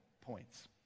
points